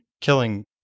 killing